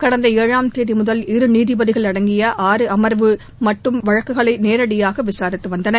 கடந்த ஏழாம் தேதிமுதல் இரு நீதிபதிகள் அடங்கிய ஆறு அமர்வு மட்டும் வழக்குகளை நேரடியாக விசாரித்து வந்தன